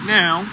now